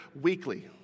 weekly